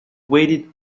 waited